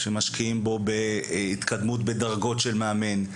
שמשקיעים בו בהתקדמות בדרגות של מאמן,